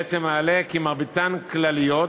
בעצם עולה כי מרביתן כלליות